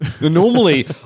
Normally